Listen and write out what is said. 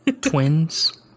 Twins